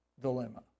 dilemma